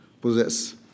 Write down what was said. possess